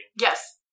Yes